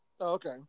Okay